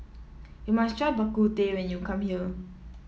you must try Bak Kut Teh when you come here